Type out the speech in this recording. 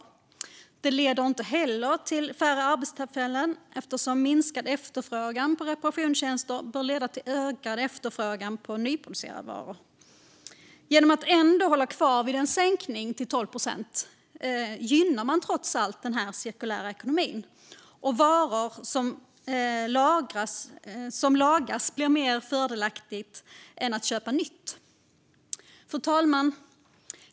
Förslaget leder inte heller till färre arbetstillfällen, eftersom minskad efterfrågan på reparationstjänster bör leda till ökad efterfrågan på nyproducerade varor. Genom att ändå hålla kvar vid en sänkning till 12 procent gynnar man trots allt den cirkulära ekonomin; det blir mer fördelaktigt att laga varor än att köpa nytt. Fru talman!